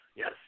Yes